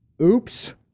Oops